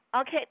Okay